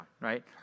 right